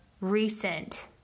recent